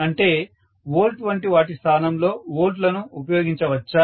అంటే వోల్ట్ వంటి వాటి స్థానంలో వోల్ట్లను ఉపయోగించవచ్చా